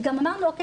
וגם אמרנו 'אוקיי,